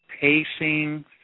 pacing